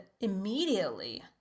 immediately